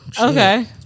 okay